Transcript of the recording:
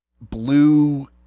blue